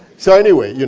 so, anyway, yeah